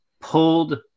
pulled